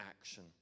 action